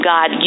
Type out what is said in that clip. God